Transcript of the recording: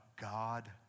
God